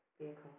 Vehicle